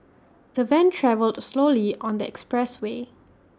the van travelled slowly on the expressway